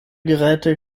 geräte